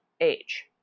age